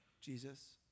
Jesus